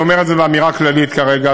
אני אומר את זה באמירה כללית כרגע,